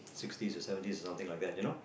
sixties or seventies or something like that you know